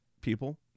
people